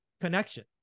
connection